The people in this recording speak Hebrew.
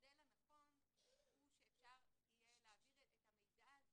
המודל הנכון הוא מבחינתי שאפשר יהיה להעביר את המידע הזה.